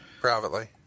Privately